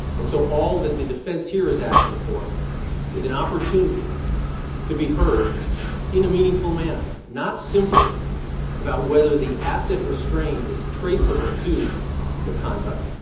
and so all that the defense here is asking for is an opportunity to be heard in a meaningful manner, not simply about whether the asset restrained is traceable to the conduct.